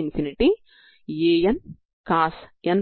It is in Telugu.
ఇప్పుడు రెండవ